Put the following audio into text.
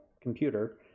computer